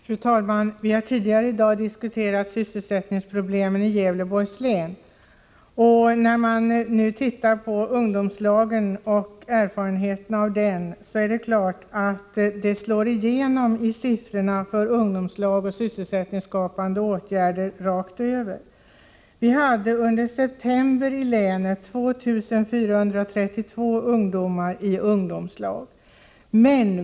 Fru talman! Vi har tidigare i dag diskuterat sysselsättningsproblemen i Gävleborgs län. När man nu bestämmer erfarenheterna av ungdomslagen är det klart att det hela slår igenom i siffrorna för ungdomslagen och för sysselsättningsskapande åtgärder. Vi hade under september i Gävleborgs län 2 432 ungdomar i ungdomslag.